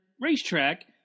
racetrack